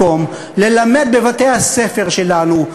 מקום ללמד בבתי-הספר שלנו,